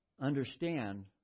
understand